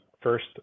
first